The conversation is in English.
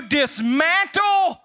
dismantle